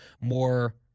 more